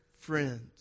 friends